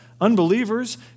unbelievers